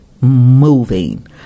moving